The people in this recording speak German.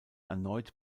erneut